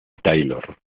taylor